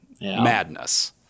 madness